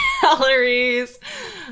calories